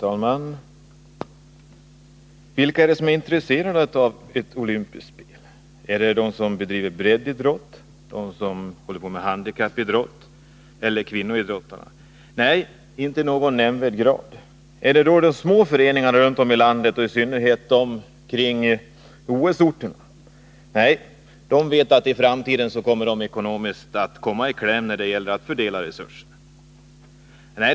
Herr talman! Vilka är det som är intresserade av ett olympiskt spel? Är det de som bedriver breddidrott, de som håller på med handikappidrott eller kvinnoidrottarna? Nej, inte i någon nämnvärd grad. Är det då de små föreningarna runt om i landet och i synnerhet omkring OS-orterna? Nej, de vet att de i framtiden ekonomiskt kommer i kläm när det gäller att fördela resurserna.